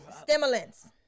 Stimulants